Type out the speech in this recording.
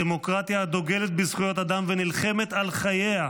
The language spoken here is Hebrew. דמוקרטיה הדוגלת בזכויות אדם ונלחמת על חייה,